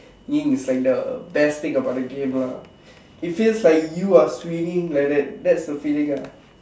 ging thing is like the best thing about the game lah it feels like you are swinging like that thats the feeling lah